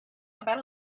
about